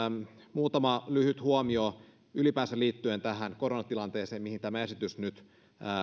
muutama lyhyt huomio ylipäänsä liittyen tähän koronatilanteeseen mihin tämä esitys nyt